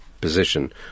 position